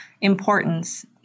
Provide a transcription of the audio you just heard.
importance